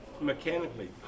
Mechanically